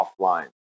offline